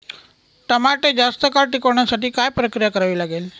टमाटे जास्त काळ टिकवण्यासाठी काय प्रक्रिया करावी लागेल?